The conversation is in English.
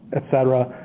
etc.